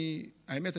האמת,